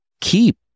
keep